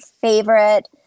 favorite